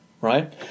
right